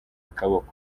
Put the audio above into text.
akaboko